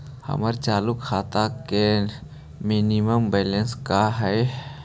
हमर चालू खाता के मिनिमम बैलेंस का हई?